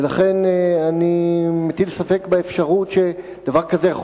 ולכן אני מטיל ספק באפשרות שדבר כזה יכול